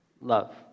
Love